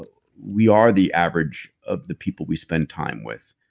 but we are the average of the people we spend time with.